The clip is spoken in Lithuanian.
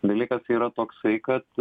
dalykas yra toksai kad